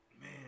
Man